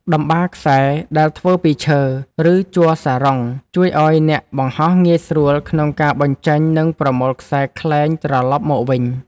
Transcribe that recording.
តម្បារខ្សែដែលធ្វើពីឈើ ឬជ័រសារ៉ុង ជួយឱ្យអ្នកបង្ហោះងាយស្រួលក្នុងការបញ្ចេញ និងប្រមូលខ្សែខ្លែងត្រលប់មកវិញ។